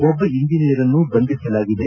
ಒಬ್ಬ ಇಂಜಿನಿಯರ್ಅನ್ನು ಬಂಧಿಸಲಾಗಿದೆ